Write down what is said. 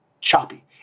choppy